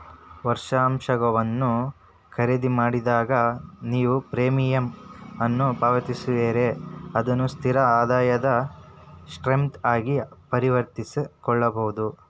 ವರ್ಷಾಶನವನ್ನ ಖರೇದಿಮಾಡಿದಾಗ, ನೇವು ಪ್ರೇಮಿಯಂ ಅನ್ನ ಪಾವತಿಸ್ತೇರಿ ಅದನ್ನ ಸ್ಥಿರ ಆದಾಯದ ಸ್ಟ್ರೇಮ್ ಆಗಿ ಪರಿವರ್ತಿಸಕೊಳ್ಬಹುದು